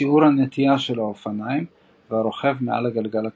שיעור הנטייה של האופניים והרוכב מעל הגלגל הקדמי.